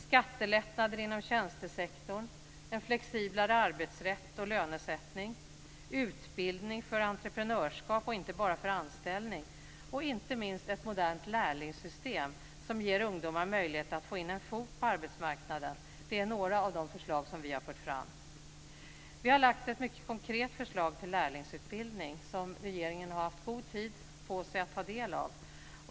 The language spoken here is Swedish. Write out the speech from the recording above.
Skattelättnader inom tjänstesektorn, en flexiblare arbetsrätt och lönesättning, utbildning för entreprenörskap och inte bara för anställning och inte minst ett modernt lärlingssystem, som ger ungdomar möjlighet att få in en fot på arbetsmarknaden, är några av de förslag som vi har fört fram. Vi har lagt fram ett mycket konkret förslag till lärlingsutbildning som regeringen har haft god tid på sig att ta del av.